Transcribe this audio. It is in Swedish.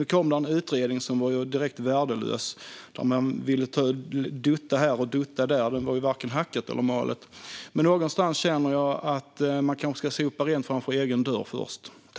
Nu kom det en utredning som var direkt värdelös. Man ville dutta här och dutta där. Det var varken hackat eller malet. Någonstans känner jag att man kanske ska sopa rent framför egen dörr först.